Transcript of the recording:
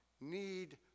need